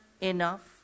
enough